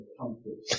comfort